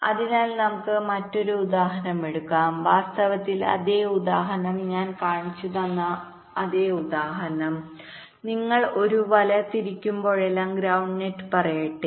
അതിനാൽ നമുക്ക് മറ്റൊരു ഉദാഹരണം എടുക്കാം വാസ്തവത്തിൽ അതേ ഉദാഹരണം ഞാൻ കാണിച്ചുതരുന്ന അതേ ഉദാഹരണം നിങ്ങൾ ഒരു വല തിരിക്കുമ്പോഴെല്ലാം ഗ്രൌണ്ട് നെറ്റ് പറയട്ടെ